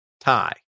tie